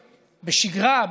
בשגרה,